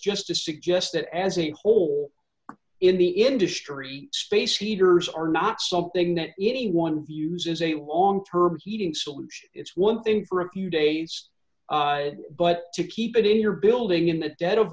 just to suggest that as a whole in the industry space heaters are not something that anyone views is a long term heating solution it's one thing for a few days but to keep it in your building in the dead of